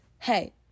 hey